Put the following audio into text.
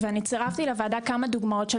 אני צירפתי לוועדה כמה דוגמאות של